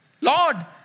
Lord